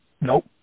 Nope